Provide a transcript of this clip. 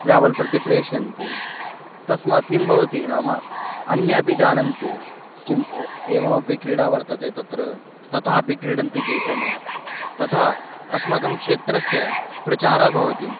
level प्रति प्रेषयन्ति तस्मात् किं भवति नाम अन्येपि जानन्ति किम् ओ एवमपि क्रीडा वर्तते तत्र तथापि क्रीडन्ति केचन तथा अस्माकं क्षेत्रस्य प्रचारः भवति